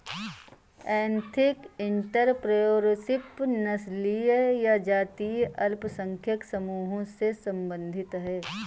ethnic entrepreneurship नस्लीय या जातीय अल्पसंख्यक समूहों से संबंधित हैं